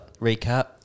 recap